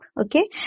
Okay